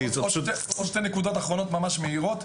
עוד שתי נקודות אחרונות ממש במהרה.